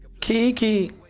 Kiki